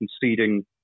conceding